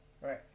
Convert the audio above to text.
Right